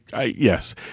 yes